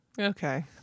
Okay